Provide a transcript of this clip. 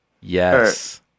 Yes